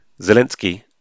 Zelensky